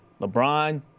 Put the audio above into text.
LeBron